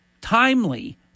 Timely